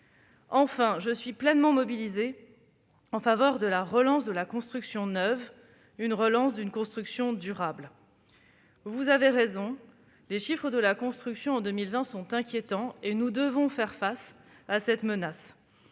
enfin, je suis pleinement mobilisée en faveur de la relance de la construction neuve, qui doit être une construction durable. Vous avez raison : les chiffres de la construction en 2020 sont inquiétants et nous devons faire face à cette menace.